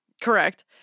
correct